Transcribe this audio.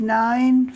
nine